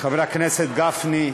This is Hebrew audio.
חבר הכנסת גפני,